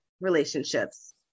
relationships